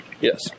Yes